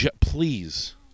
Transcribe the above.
please